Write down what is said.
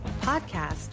podcast